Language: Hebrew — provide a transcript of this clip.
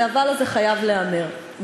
וה"אבל" הזה חייב להיאמר,